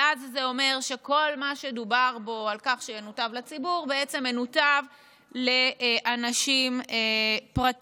ואז זה אומר שכל מה שדובר בו שינותב לציבור בעצם מנותב לאנשים פרטיים,